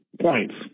points